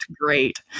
great